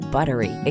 Buttery